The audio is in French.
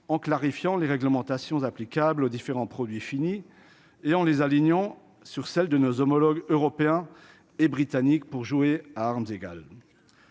en clarifiant les réglementations applicables aux différents produits finis et en les alignant sur celle de nos homologues européens et britanniques pour jouer à armes égales,